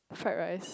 fried rice